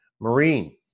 Marine